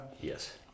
Yes